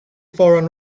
foreign